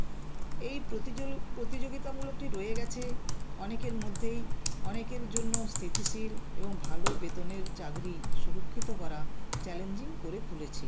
এই প্রতিযোগিতামূলকটি রয়ে গেছে অনেকের মধ্যেই অনেকের জন্য স্থিতিশীল এবং ভালো বেতনের চাকরি সুরক্ষিত করা চ্যালেঞ্জিং করে তুলেছে